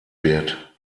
wird